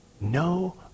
no